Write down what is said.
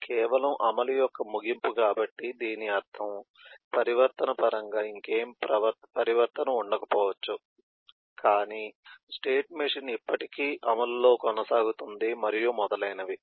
ఇది కేవలం అమలు యొక్క ముగింపు కాబట్టి దీని అర్థం పరివర్తన పరంగా ఇంకేమీ పరివర్తన ఉండకపోవచ్చు కాని స్టేట్ మెషీన్ ఇప్పటికీ అమలులో కొనసాగుతోంది మరియు మొదలైనవి